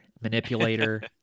manipulator